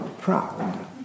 proud